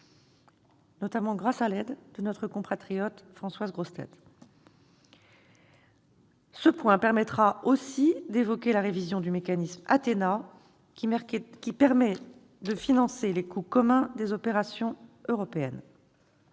notamment grâce à l'aide de notre compatriote Françoise Grossetête. Ce point permettra aussi d'évoquer la révision du mécanisme Athena, qui permet de financer les coûts communs des opérations européennes.